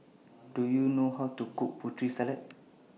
Do YOU know How to Cook Putri Salad